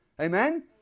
Amen